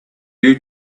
you